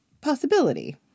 possibility